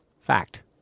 Fact